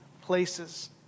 places